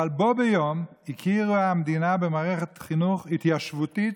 אבל בו ביום הכירה המדינה במערכת חינוך התיישבותית,